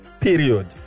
period